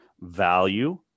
value